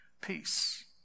peace